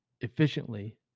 efficiently